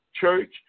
church